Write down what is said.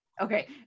Okay